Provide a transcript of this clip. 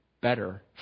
better